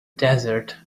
desert